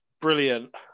brilliant